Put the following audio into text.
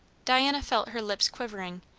diana felt her lips quivering,